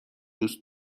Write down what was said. دوست